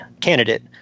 candidate